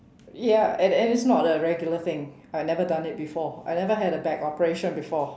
ya and and it's not a regular thing I never done it before I never had a back operation before